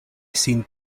sin